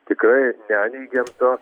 tikrai neneigiam to